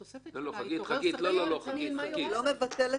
התוספת "התעורר ספק סביר" --- זה לא מבטל את